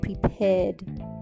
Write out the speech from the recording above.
prepared